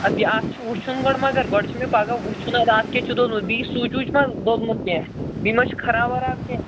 ادٕ یہِ اَتھ چھُ وُچھُن گۄڈٕ مگر گۄڈٕ چھُ مےٚ پگاہ وُچھُن اَتھ اَتھ کیٛاہ چھُ دوٚدمُت بیٚیہِ چھُ سُوچ وٕچ ما دوٚدمُت کیٚنٛہہ بیٚیہِ ما چھُ خراب وَراب کیٚنٛہہ